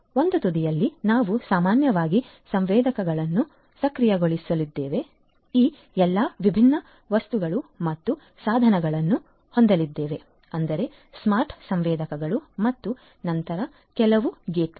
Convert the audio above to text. ಒಂದು ತುದಿಯಲ್ಲಿ ನಾವು ಸಾಮಾನ್ಯವಾಗಿ ಸಂವೇದಕವನ್ನು ಸಕ್ರಿಯಗೊಳಿಸಲಿರುವ ಈ ಎಲ್ಲಾ ವಿಭಿನ್ನ ವಸ್ತುಗಳು ಮತ್ತು ಸಾಧನಗಳನ್ನು ಹೊಂದಲಿದ್ದೇವೆ ಅಂದರೆ ಸ್ಮಾರ್ಟ್ ಸಂವೇದಕಗಳು ಮತ್ತು ನಂತರ ಕೆಲವು ಗೇಟ್ವೇ